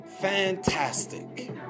Fantastic